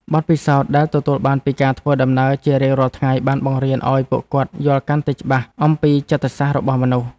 បទពិសោធន៍ដែលទទួលបានពីការធ្វើដំណើរជារៀងរាល់ថ្ងៃបានបង្រៀនឱ្យពួកគាត់យល់កាន់តែច្បាស់អំពីចិត្តសាស្ត្ររបស់មនុស្ស។